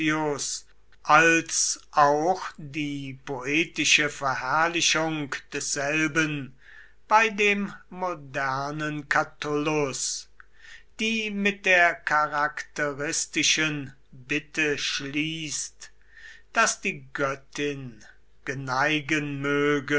als auch die poetische verherrlichung desselben bei dem modernen catullus die mit der charakteristischen bitte schließt daß die göttin geneigen möge